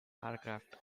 aircraft